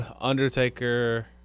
Undertaker